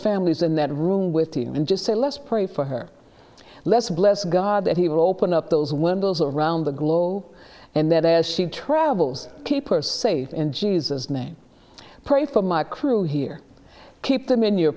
families in that room with you and just say let's pray for her less bless god that he will open up those windows around the glow and that as she travels keep her safe in jesus name pray for my crew here keep them in your